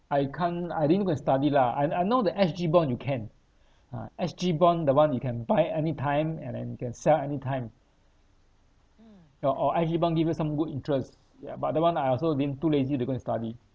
I can't I didn't go and study lah I I know the S_G bond you can uh S_G bond the one you can buy anytime and then you can sell anytime your or S_G bond give you some good interest ya but that [one] I also didn't too lazy to go and study